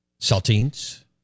Saltine's